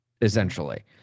essentially